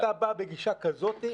כשאתה בא בגישה כזאת,